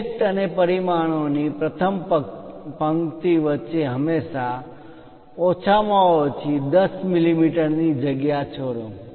object અને પરિમાણોની પ્રથમ પંક્તિ વચ્ચે હંમેશા ઓછામાં ઓછી 10 મીમી ની જગ્યા છોડો